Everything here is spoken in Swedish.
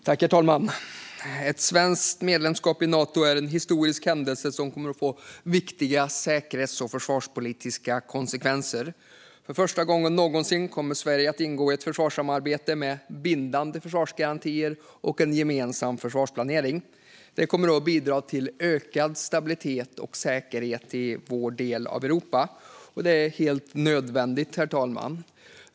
Herr talman! Ett svenskt medlemskap i Nato är en historisk händelse som kommer att få viktiga säkerhets och försvarspolitiska konsekvenser. För första gången någonsin kommer Sverige att ingå i ett försvarssamarbete med bindande försvarsgarantier och en gemensam försvarsplanering. Det kommer att bidra till ökad stabilitet och säkerhet i vår del av Europa. Det är helt nödvändigt, herr talman.